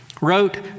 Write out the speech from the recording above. wrote